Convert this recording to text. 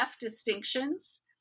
distinctions